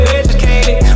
educated